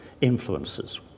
influences